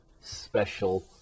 special